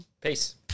Peace